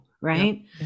right